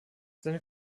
seine